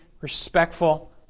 respectful